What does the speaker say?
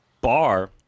bar